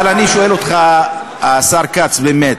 אבל אני שואל אותך, השר כץ, באמת,